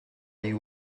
you